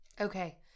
Okay